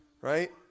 right